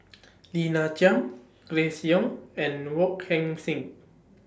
Lina Chiam Grace Young and Wong Heck Sing